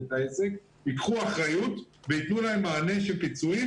ייקחו אחריות וייתנו להם מענה של פיצויים